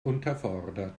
unterfordert